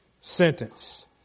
sentence